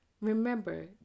remember